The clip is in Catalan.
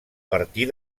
partir